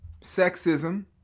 sexism